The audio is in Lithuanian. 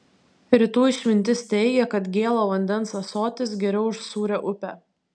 rytų išmintis teigia kad gėlo vandens ąsotis geriau už sūrią upę